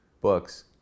books